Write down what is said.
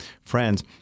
friends